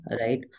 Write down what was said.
right